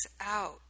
out